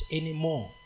anymore